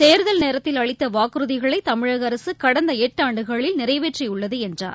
தேர்தல் நேரத்தில் அளித்த வாக்குறுதிகளை தமிழக அரசு கடந்த எட்டாண்டுகளில் நிறைவேற்றியுள்ளது என்றார்